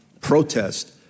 protest